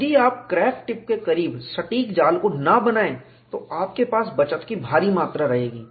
यदि आप क्रैक टिप के करीब सटीक जाल को ना बनायें तो आपके पास बचत की भारी मात्रा रहेगी